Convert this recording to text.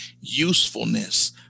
usefulness